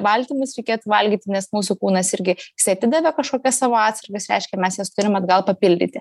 baltymus reikėtų valgyti nes mūsų kūnas irgi jisai atidavė kažkokias savo atsargas reiškia mes jas turim atgal papildyti